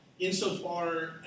insofar